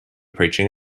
preaching